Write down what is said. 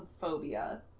phobia